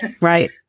Right